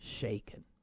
shaken